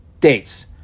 dates